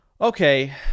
Okay